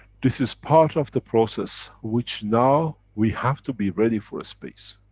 this is part of the process which now we have to be ready for space.